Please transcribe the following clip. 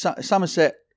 Somerset